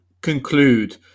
conclude